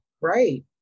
Right